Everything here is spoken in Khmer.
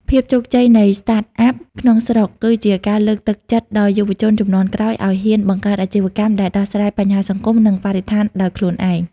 ភាពជោគជ័យនៃ Startup ក្នុងស្រុក គឺជាការលើកទឹកចិត្តដល់យុវជនជំនាន់ក្រោយឱ្យហ៊ានបង្កើតអាជីវកម្មដែលដោះស្រាយបញ្ហាសង្គម និងបរិស្ថានដោយខ្លួនឯង។